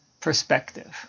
Perspective